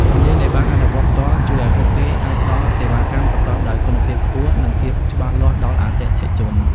ជំនាញដែលបានអនុវត្តផ្ទាល់ជួយឱ្យពួកគេអាចផ្តល់សេវាកម្មប្រកបដោយគុណភាពខ្ពស់ និងភាពច្បាស់លាស់ដល់អតិថិជន។